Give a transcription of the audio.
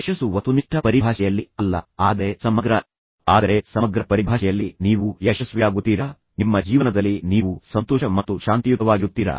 ಯಶಸ್ಸು ವಸ್ತುನಿಷ್ಠ ಪರಿಭಾಷೆಯಲ್ಲಿ ಅಲ್ಲ ಆದರೆ ಸಮಗ್ರ ಪರಿಭಾಷೆಯಲ್ಲಿ ನೀವು ಯಶಸ್ವಿಯಾಗುತ್ತೀರಾ ನಿಮ್ಮ ಜೀವನದಲ್ಲಿ ನೀವು ಸಂತೋಷ ಮತ್ತು ಶಾಂತಿಯುತವಾಗಿರುತ್ತೀರಾ